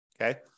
Okay